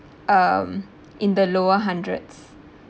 um in the lower hundreds